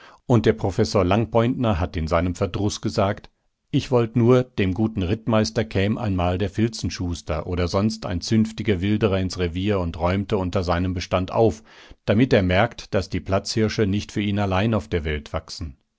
und der professor langpointner hat in seinem verdruß gesagt ich wollt nur dem guten rittmeister käm einmal der filzenschuster oder sonst ein zünftiger wilderer ins revier und räumte unter seinem bestand auf damit er merkt daß die platzhirsche nicht für ihn allein auf der welt wachsen